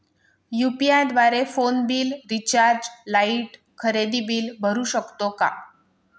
UPI द्वारे phone bill, recharge, light, खरेदी bill भरू शकतो का?